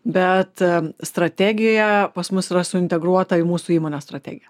bet strategija pas mus yra suintegruota į mūsų įmonės strategiją